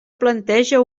planteja